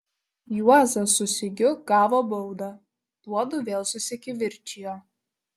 juozas su sigiu gavo baudą tuodu vėl susikivirčijo